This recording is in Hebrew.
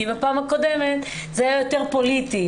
כי בפעם הקודמת זה היה יותר פוליטי,